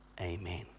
Amen